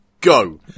go